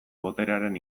boterearen